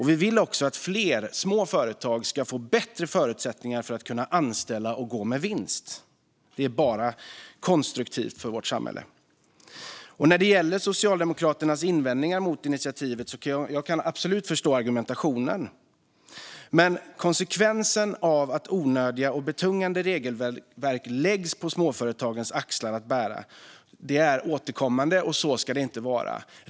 Vi vill också att fler småföretag ska få bättre förutsättningar att anställa och gå med vinst - det är bara konstruktivt för samhället. När det gäller Socialdemokraternas invändningar mot initiativet kan jag absolut förstå argumentationen. Konsekvenserna av att onödiga och betungande regelverk läggs på småföretagens axlar är dock återkommande, och så ska det inte vara.